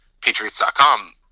Patriots.com